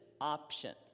option